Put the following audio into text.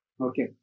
Okay